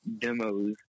demos